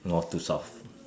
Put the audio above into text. north to south